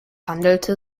handelte